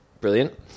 brilliant